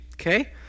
okay